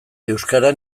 euskara